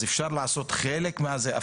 אז אפשר לעשות חלק מזה שמורת טבע,